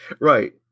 Right